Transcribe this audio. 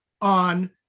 on